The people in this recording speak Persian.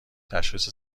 تشخیص